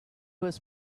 was